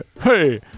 Hey